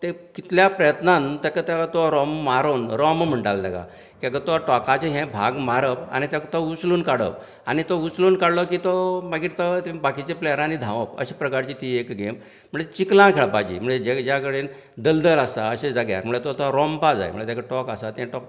ते कितल्या प्रयत्नान तेका तो रोंम मारून रोमों म्हणटाले तेका तेका तो टोकाचें यें धार मारप आनी तेका तो उचलून काडप आनी तो उचलून काडलो की तो मागीर तो बाकिच्या प्लेयरांनी धावप अश्या प्रकारची ती एक गेम म्हणल्यार चिकलान खेळपाची म्हळ्यार जग ज्या कडेन दलदल आसा अशे जाग्यार म्हळ्यार तो रोंमपाक जाय म्हळ्यार तेका टोक आसा तें टोक